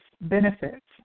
benefits